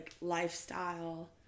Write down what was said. lifestyle